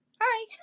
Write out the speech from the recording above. hi